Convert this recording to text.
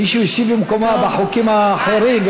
מישהו השיב במקומה בחוקים האחרים,